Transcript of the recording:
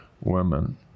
women